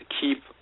keep